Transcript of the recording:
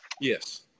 Yes